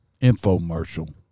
infomercial